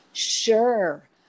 Sure